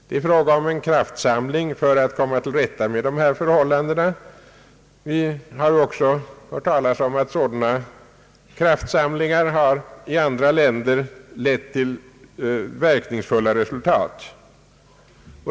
Det är här fråga om en kraftsamling för att komma till rätta med narkotikaproblemet. Vi har också hört talas om att sådana kraftsamlingar i andra länder har lett till verkningsfulla resultat.